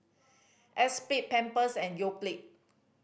Espirit Pampers and Yoplait